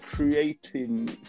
Creating